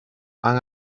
han